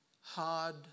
hard